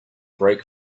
brake